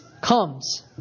comes